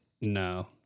No